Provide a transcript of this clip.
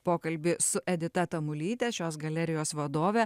pokalbį su edita tamulyte šios galerijos vadove